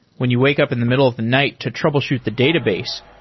when you wake up in the middle of the night to troubleshoot the database,